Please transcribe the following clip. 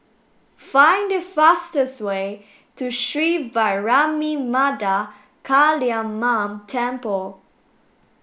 find the fastest way to Sri Vairavimada Kaliamman Temple